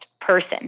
person